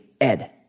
Ed